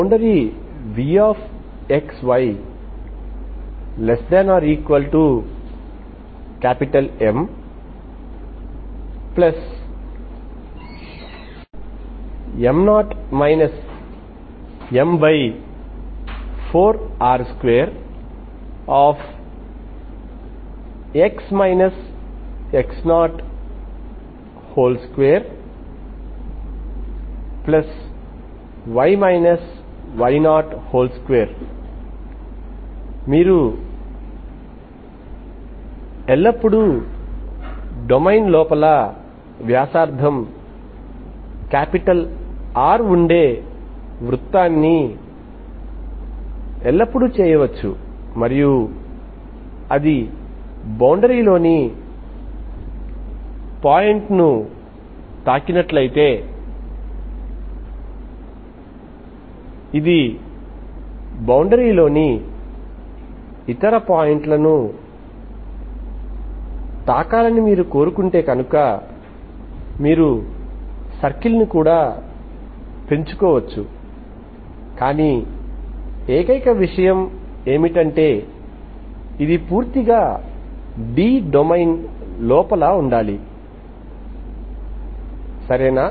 boundary vxy≤MM0 M4R2x x02y y02 మీరు ఎల్లప్పుడూ domain లోపల వ్యాసార్థం R ఉండే వృత్తాన్ని ఎల్లప్పుడూ చేయవచ్చు మరియు అది బౌండరీలోని పాయింట్ ను తాకినట్లయితే ఇది బౌండరీ లోని ఇతర పాయింట్లను తాకాలని కోరుకుంటే కనుక మీరు సర్కిల్ను కూడా పెంచుకోవచ్చు కానీ ఏకైక విషయం ఏమిటంటే ఇది పూర్తిగా D డొమైన్ లోపల ఉండాలి సరేనా